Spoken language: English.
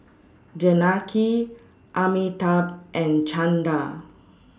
Janaki Amitabh and Chanda